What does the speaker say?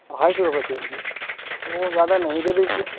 اڑھائی سو روپئے کے جی وہ زیادہ نہیں دے لیجیے